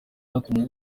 yatumye